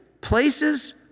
places